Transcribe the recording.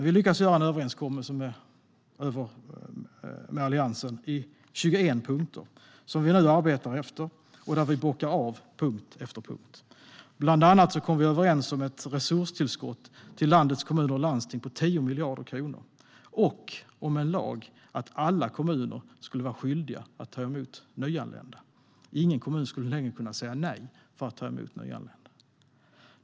Vi lyckades ingå en överenskommelse med Alliansen i 21 punkter, som vi nu arbetar efter och där vi bockar av punkt efter punkt. Bland annat kom vi överens om ett resurstillskott till landets kommuner och landsting på 10 miljarder kronor och om en lag att alla kommuner skulle vara skyldiga att ta emot nyanlända. Ingen kommun skulle längre kunna säga nej till att ta emot nyanlända.